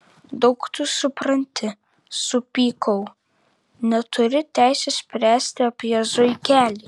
daug tu supranti supykau neturi teisės spręsti apie zuikelį